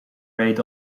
raid